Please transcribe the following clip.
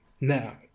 Now